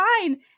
fine